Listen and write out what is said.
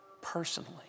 personally